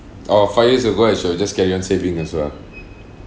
oh five years ago I should have just carry on saving as well